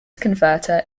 converter